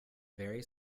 very